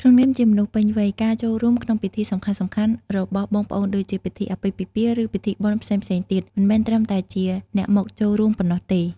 ក្នុងនាមជាមនុស្សពេញវ័យ ការចូលរួមក្នុងពិធីសំខាន់ៗរបស់បងប្អូនដូចជាពិធីអាពាហ៍ពិពាហ៍ ឬពិធីបុណ្យផ្សេងៗទៀត មិនមែនត្រឹមតែជាអ្នកមកចូលរួមប៉ុណ្ណោះទេ។